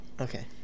Okay